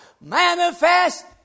manifest